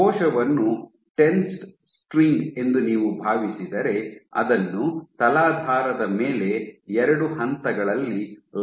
ಕೋಶವನ್ನು tensed string ಎಂದು ನೀವು ಭಾವಿಸಿದರೆ ಅದನ್ನು ತಲಾಧಾರದ ಮೇಲೆ ಎರಡು ಹಂತಗಳಲ್ಲಿ ಲಂಗರು ಹಾಕಲಾಗುತ್ತದೆ